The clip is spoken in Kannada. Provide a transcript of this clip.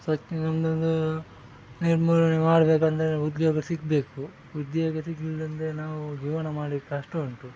ಸ್ವಚ್ಛ ನಮ್ಮದೊಂದು ನಿರ್ಮೂಲನೆ ಮಾಡಬೇಕಂದ್ರೆ ಉದ್ಯೋಗ ಸಿಗಬೇಕು ಉದ್ಯೋಗ ಸಿಗಲಿಲ್ಲಂದ್ರೆ ನಾವು ಜೀವನ ಮಾಡ್ಲಿಕ್ಕೆ ಕಷ್ಟ ಉಂಟು